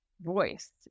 voice